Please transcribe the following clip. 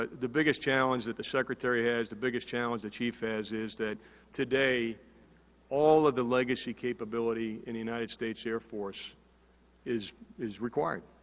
ah the biggest challenge that the secretary has, the biggest challenge the chief has is that today all of the legacy capability in the united states air force is is required.